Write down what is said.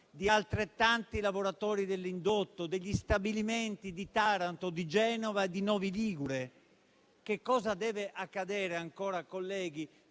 di altrettanti lavoratori dell'indotto, degli stabilimenti di Taranto, di Genova e di Novi Ligure? Cosa deve accadere ancora, colleghi,